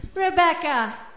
Rebecca